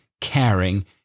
caring